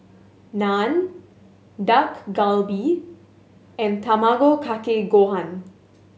Naan Dak Galbi and Tamago Kake Gohan